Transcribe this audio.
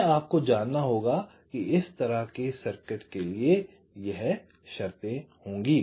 यह आपको जानना होगा इस तरह के सर्किट के लिए यह शर्तें होंगी